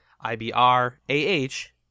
I-B-R-A-H